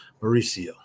Mauricio